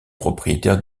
propriétaire